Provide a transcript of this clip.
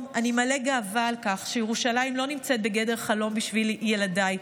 אני מלא גאווה על כך שירושלים לא נמצאת בגדר חלום בשביל ילדיי,